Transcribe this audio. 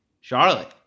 charlotte